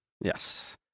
Yes